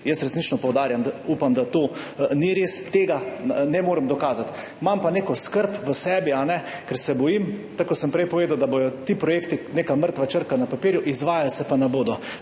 Jaz resnično poudarjam, upam, da to ni res, tega ne morem dokazati, imam pa v sebi neko skrb, ker se bojim, tako kot sem prej povedal, da bodo ti projekti neka mrtva črka na papirju, izvajali pa se ne bodo